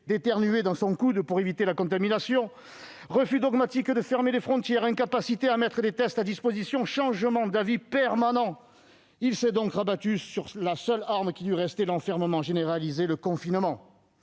d'éternuer dans son coude pour éviter la contamination !-, refus dogmatique de fermer les frontières, incapacité à mettre des tests à la disposition de nos concitoyens, changements d'avis permanents ... Le Gouvernement s'est donc rabattu sur la seule arme qui lui restait : l'enfermement généralisé, le confinement.